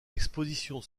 expositions